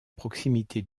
proximité